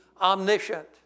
omniscient